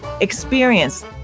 Experience